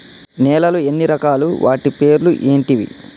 నేలలు ఎన్ని రకాలు? వాటి పేర్లు ఏంటివి?